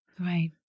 Right